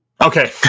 Okay